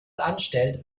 anstellt